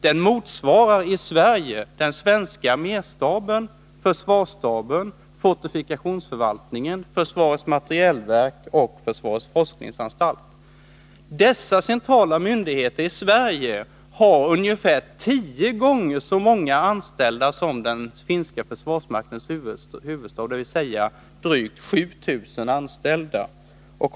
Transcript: Den motsvarar den svenska arméstaben, försvarsstaben, fortifikationsförvaltningen, försvarets materielverk och försvarets forskningsanstalt. Dessa centrala myndigheter i Sverige har ungefär tio gånger så många anställda som den finska försvarsmaktens huvudstab, dvs. drygt 7 000.